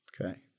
Okay